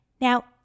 Now